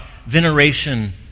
veneration